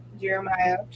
Jeremiah